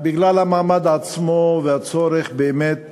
בגלל המעמד עצמו, והצורך באמת